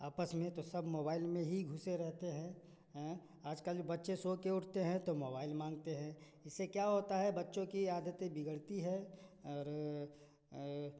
आपस में तो सब मोबाइल में ही घुसे रहते हैं आजकल बच्चे सो के उठते हैं तो मोबाइल माँगते है इससे क्या होता हैं बच्चों की आदतें बिगड़ती हैं और